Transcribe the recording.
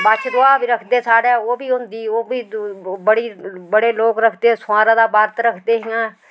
बच्छदुआ बी रक्खदे साढ़ै ओह् बी होंदी ओह् बी बड़ी बड़े लोक रखदे सुआरां दा बरत रखदे इ'यां